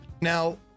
now